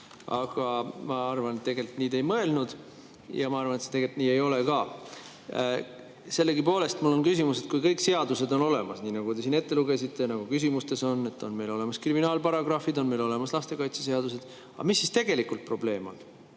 Aga ma arvan, et tegelikult te nii ei mõelnud, ja ma arvan, et see tegelikult nii ka ei ole. Sellegipoolest on mul küsimus, et kui kõik seadused on olemas, nagu te siin ette lugesite ja nagu küsimustes on, meil on olemas kriminaalparagrahvid, meil on olemas lastekaitseseadus, mis siis tegelikult probleem on.